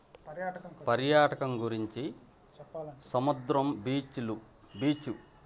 పర్యాటకం గురించి సముద్రం బీచ్లు బీచ్